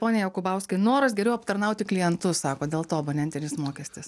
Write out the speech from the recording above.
pone jakubauskai noras geriau aptarnauti klientus sako dėl to abonentinis mokestis